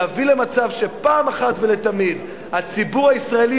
להביא למצב שפעם אחת ולתמיד הציבור הישראלי